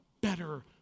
better